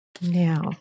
Now